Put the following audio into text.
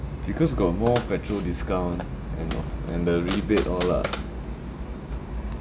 because got more petrol discount and all and the rebate all lah